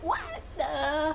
what the